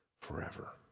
forever